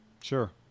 Sure